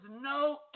no